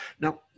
Now